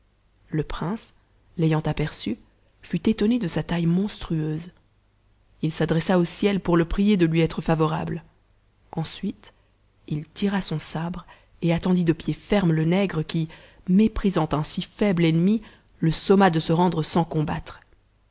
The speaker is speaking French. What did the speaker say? le prince l'ayant aperçu fut étonné de su taille monstrueuse il s'adressa au ciel pour le prier de tui être favorable ensuite il tira son sabre et attendit de pied ferme le nègre qui méprisant un si faible ennemi le somma de se rendre sans combattre